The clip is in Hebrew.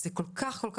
הסעיף הזה כל כך קשה.